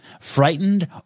frightened